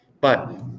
but-